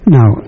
Now